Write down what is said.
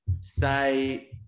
say